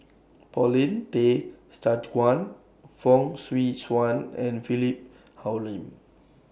Paulin Tay Straughan Fong Swee Suan and Philip Hoalim